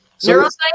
Neuroscience